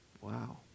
Wow